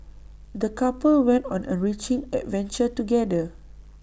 the couple went on an enriching adventure together